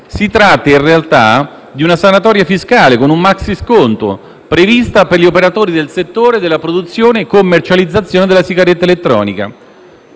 Si tratta in realtà di una sanatoria fiscale con un maxisconto, prevista per gli operatori del settore della produzione e commercializzazione della sigaretta elettronica: